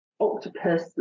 octopus